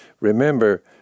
remember